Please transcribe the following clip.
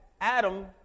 Adam